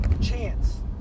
chance